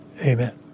Amen